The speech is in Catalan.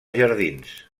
jardins